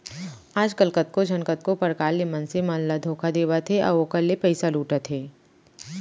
आजकल कतको झन कतको परकार ले मनसे मन ल धोखा देवत हे अउ ओखर ले पइसा लुटत हे